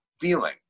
feeling